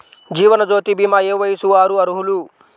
జీవనజ్యోతి భీమా ఏ వయస్సు వారు అర్హులు?